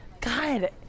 God